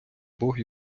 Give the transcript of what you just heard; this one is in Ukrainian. бог